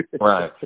Right